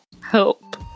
Help